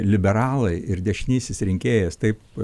liberalai ir dešinysis rinkėjas taip